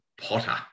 potter